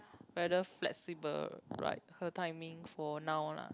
whether flexible right her timing for now lah